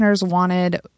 wanted